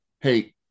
hey